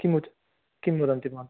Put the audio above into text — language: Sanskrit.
किं किं वदन्ति मां